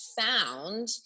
found